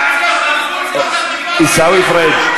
שאלתי שאלה, עיסאווי פריג',